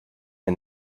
and